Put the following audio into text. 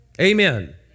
Amen